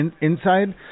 inside